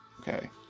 Okay